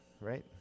right